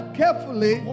carefully